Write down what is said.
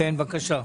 כן, בבקשה.